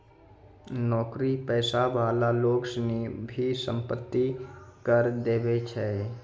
नौकरी पेशा वाला लोग सनी भी सम्पत्ति कर देवै छै